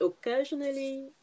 occasionally